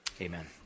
amen